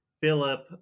philip